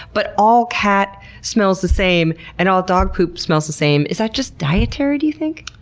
but all cat smells the same, and all dog poop smells the same. is that just dietary, do you think?